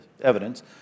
evidence